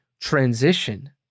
transition